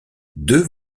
deux